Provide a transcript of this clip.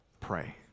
Pray